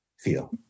feel